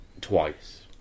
twice